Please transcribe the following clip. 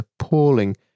appalling